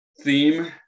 theme